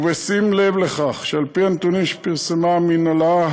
ובשים לב לכך שעל פי הנתונים שפרסמה המינהלה,